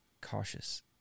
cautious